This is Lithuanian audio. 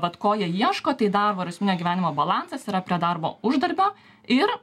vat ko jie ieško tai darbo ir asmeninio gyvenimo balansas yra prie darbo uždarbio ir